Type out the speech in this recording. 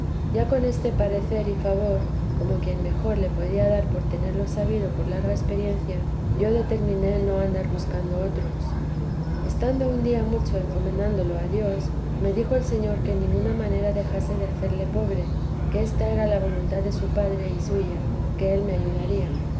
ya con este parecer y favor con quien mejor lo podía dar por tenerlo sabido por larga experiencia yo determiné no andar buscando otros estando un día mucho encomendándolo a dios me dijo el señor que en ninguna manera dejase de hacerle pobre que ésta era la voluntad de su padre y suya que él me ayudaría